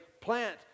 plant